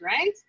right